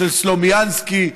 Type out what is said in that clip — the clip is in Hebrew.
של סלומינסקי,